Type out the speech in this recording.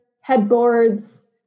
headboards